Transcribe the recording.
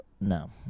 No